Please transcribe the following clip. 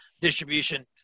distribution